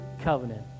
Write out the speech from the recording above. covenant